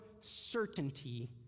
certainty